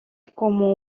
como